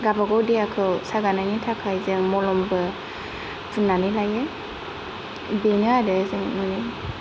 गावबागाव देहाखौ सागानायनि थाखाय जों मलमबो फुननानै लायो बेनो आरो जोंनि